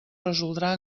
resoldrà